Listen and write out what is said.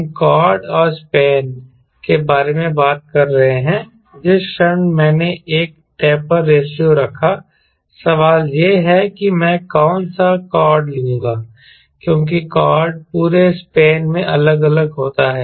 हम कॉर्ड और स्पैन के बारे में बात कर रहे हैं जिस क्षण मैंने एक टेपर रेशों रखा सवाल यह है कि मैं कौन सा कॉर्ड लूंगा क्योंकि कॉर्ड पूरे स्पैन में अलग अलग होता है